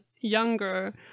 younger